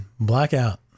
Blackout